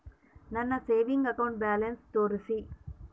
ನನ್ನ savings account balance ತೋರಿಸಿ?